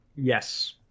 Yes